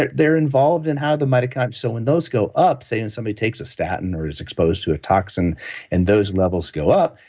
but they're involved in how the mitochondria. so, when those go up, say somebody takes a statin or is exposed to a toxin and those levels go up,